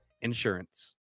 insurance